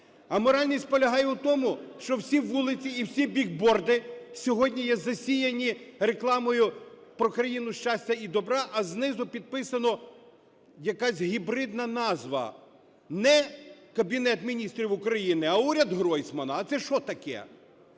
Аморальність полягає в тому, що всі вулиці і всі бігборди сьогодні є засіяні рекламою про країну щастя і добра, а знизу підписана якась гібридна назва: не Кабінет Міністрів України, а "уряд Гройсмана". А це що таке?